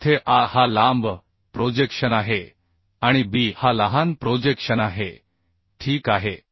जेथे a हा लांब प्रोजेक्शन आहे आणि b हा लहान प्रोजेक्शनआहे ठीक आहे